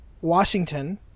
Washington